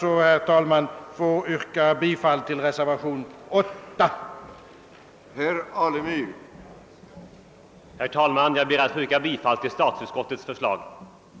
Jag ber att få yrka bifall till reservationen 8.